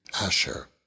Asher